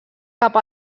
cap